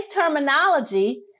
terminology